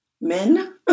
men